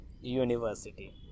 University